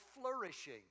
flourishing